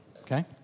okay